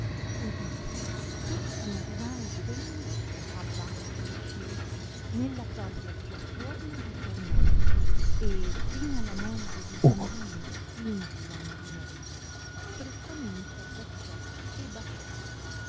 ed ivi tutti i marinai vedendo abbasso disceso nella propria sua forma ritornò e prima la moglie ed il bambino indi la marinerezza strettamente abbracciò e basciò